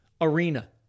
arena